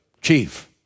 chief